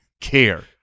care